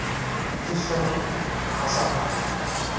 ᱡᱮᱥᱚᱵ ᱦᱟᱥᱟ